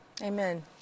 Amen